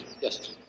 Yes